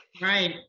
Right